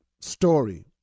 story